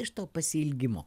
iš to pasiilgimo